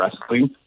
wrestling